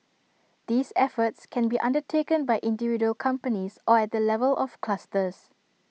these efforts can be undertaken by individual companies or at the level of clusters